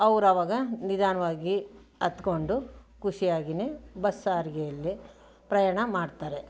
ಅವ್ರವಾಗ ನಿಧಾನವಾಗಿ ಹತ್ತ್ಕೊಂಡು ಖುಷಿಯಾಗಿನೇ ಬಸ್ ಸಾರಿಗೆಯಲ್ಲೆ ಪ್ರಯಾಣ ಮಾಡ್ತಾರೆ